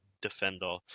defender